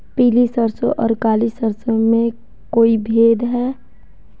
पीली सरसों और काली सरसों में कोई भेद है?